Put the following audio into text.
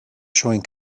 showing